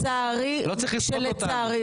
לא צריך לסחוט אותנו,